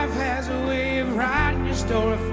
um has a way of writing your story